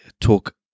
talk